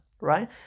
right